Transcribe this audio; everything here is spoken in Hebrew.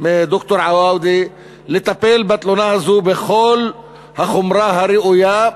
מד"ר עואדה, לטפל בתלונה הזאת בכל החומרה הראויה,